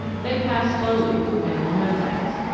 they pass slowly through animal membranes.